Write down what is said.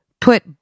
put